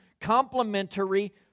complementary